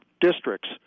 districts